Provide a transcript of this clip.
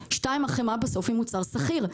דבר שני, החמאה בסוף היא מוצר סחיר.